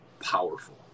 powerful